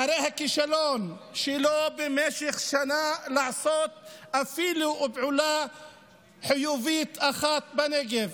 אחרי הכישלון שלו במשך שנה בעשיית אפילו פעולה חיובית אחת בנגב,